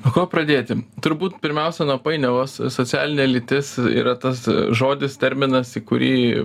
nuo ko pradėti turbūt pirmiausia nuo painiavos socialinė lytis yra tas žodis terminas į kurį